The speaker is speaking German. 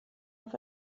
auf